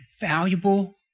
valuable